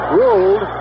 ruled